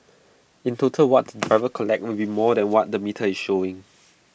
in total what the drivers collect will be more than what the metre is showing